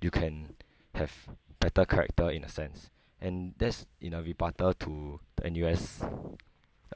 you can have better character in a sense and that's in a rebuttal to the N_U_S